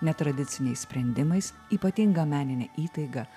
netradiciniais sprendimais ypatinga menine įtaiga